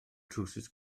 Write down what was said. trowsus